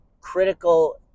critical